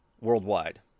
worldwide